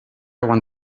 want